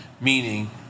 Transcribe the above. meaning